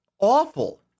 awful